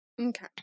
Okay